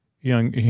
young